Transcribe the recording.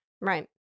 Right